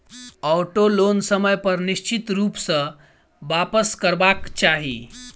auto loan समय पर निश्चित रूप सॅ वापसकरबाक चाही